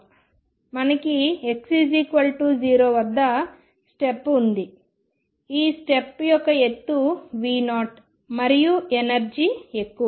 మనకు x0 వద్ద step ఉంది ఈ స్టెప్ యొక్క ఎత్తు V0 మరియు ఎనర్జీ ఎక్కువ